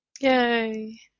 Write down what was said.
Yay